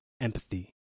empathy